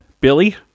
Billy